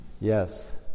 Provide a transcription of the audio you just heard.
Yes